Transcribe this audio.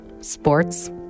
sports